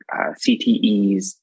CTEs